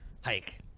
hike